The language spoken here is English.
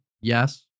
yes